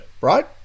right